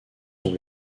sont